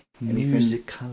music